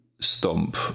Stomp